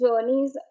journeys